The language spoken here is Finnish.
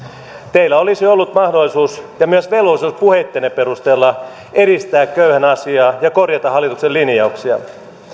teillä olisi ollut mahdollisuus ja myös velvollisuus puheittenne perusteella edistää köyhän asiaa ja korjata hallituksen linjauksia